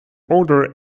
order